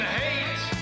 hate